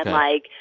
like,